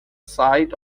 site